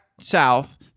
South